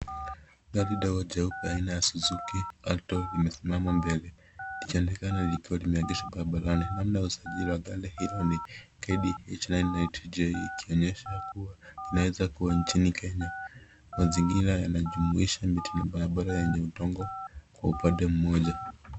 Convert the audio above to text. Gari dogo jeupe aina ya Suzuki Alto limesimama mbele, likionekana likiwalimeegeshwa barabarani, namba ya usajili ya gari hilo ni KDH 990J likionyesha kuwa inaeza kuwa inchini Kenya . Mazingira yanajumuisha miti na barabara yenye udongo kwa upande mmoja.